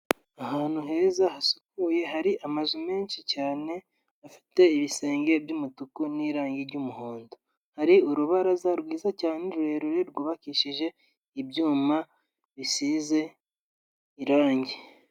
Ahantu heza hasukuye, hari amazu menshi cyane afite ibisenge by'umutuku n'irangi ry'umuhondo. Hari urubaraza rwiza cyane, rurerure, rwubakishije ibyuma bisize irangi.